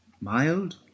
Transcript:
Mild